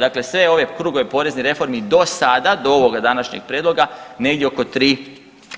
Dakle, sve ove krugove poreznih reformi do sada, do ovoga današnjeg prijedloga negdje oko 3